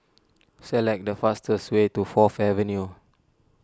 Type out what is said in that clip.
select the fastest way to Fourth Avenue